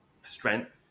strength